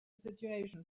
situation